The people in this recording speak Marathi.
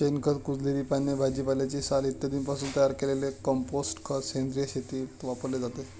शेणखत, कुजलेली पाने, भाजीपाल्याची साल इत्यादींपासून तयार केलेले कंपोस्ट खत सेंद्रिय शेतीत वापरले जाते